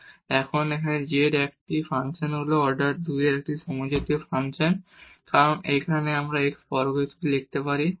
এবং এখন এই z এখানে একটি ফাংশন হল অর্ডার 2 এর একটি সমজাতীয় ফাংশন কারণ এখানে আমরা x বর্গ হিসাবে লিখতে পারি